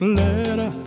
letter